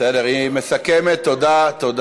בסדר, היא מסכמת, תודה.